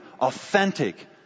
authentic